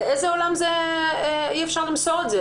באיזה עולם אי-אפשר למסור את זה?